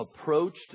approached